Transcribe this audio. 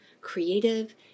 creative